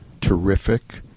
terrific